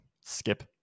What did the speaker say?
skip